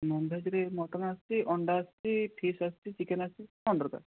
ନନଭେଜରେ mutton ଆସୁଛି ଅଣ୍ଡା ଆସୁଛି ଫିସ୍ ଆସୁଛି ଚିକେନ୍ ଆସୁଛି କ'ଣ ଦରକାର